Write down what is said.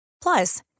Plus